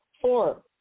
Four